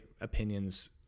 opinions